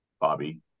Bobby